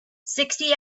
sixty